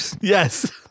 Yes